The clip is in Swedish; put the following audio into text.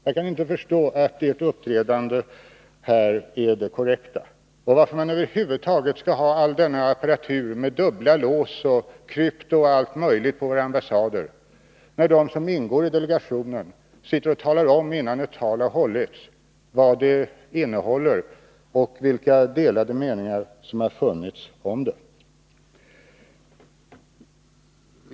Jag kan inte förstå att ert uppträdande här är det korrekta, och varför man över huvud taget skall ha all denna apparatur med dubbla lås och krypto m.m. på våra ambassader, när de som ingår i delegationen talar om vad ett tal innehåller innan det har hållits och vilka delade meningar som har funnits om det.